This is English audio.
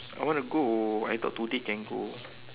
I want to go I thought today can go